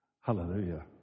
Hallelujah